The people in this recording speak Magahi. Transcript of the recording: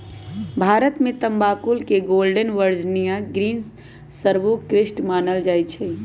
भारत में तमाकुल के गोल्डन वर्जिनियां ग्रीन सर्वोत्कृष्ट मानल जाइ छइ